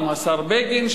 עם השר בגין,